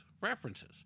references